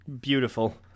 Beautiful